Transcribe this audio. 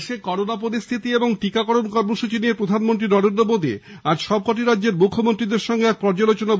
দেশে করোনা পরিস্থিতি এবং টিকাকরণ কর্মসূচী নিয়ে প্রধানমন্ত্রী নরেন্দ্র মোদী আজ সব কটি রাজ্যের মুখ্যমন্ত্রীদের সঙ্গে এক পর্যালোচনা বৈঠক করবেন